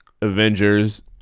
Avengers